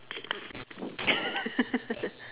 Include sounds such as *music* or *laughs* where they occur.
*laughs*